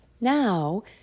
Now